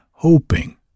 hoping